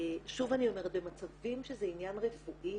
שוב אני אומרת, במצבים שזה עניין רפואי